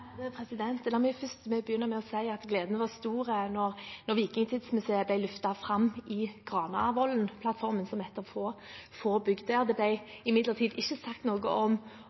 La meg først begynne med å si at gleden var stor da Vikingtidsmuseet ble løftet fram i Granavolden-plattformen som ett av få bygg der. Det ble imidlertid ikke sagt noe om